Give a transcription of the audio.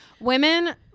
Women